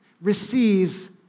receives